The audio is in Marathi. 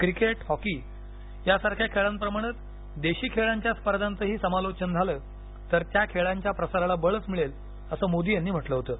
क्रिकेट हॉकी यासारख्या खेळांप्रमाणेच देशी खेळांच्या स्पर्धांचही समालोचन झालं तर त्या खेळांच्या प्रसाराला बळच मिळेल असं मोदी यांनी म्हटलं होतं